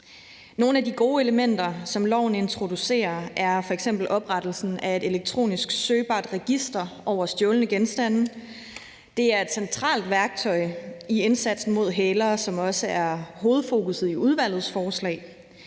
Nogle af de gode elementer, som loven introducerer, er f.eks. oprettelsen af et elektronisk søgbart register over stjålne genstande. Det er et centralt værktøj i indsatsen mod hælere, som også er hovedfokusset i udvalgets forslag.